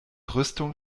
rüstung